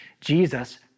Jesus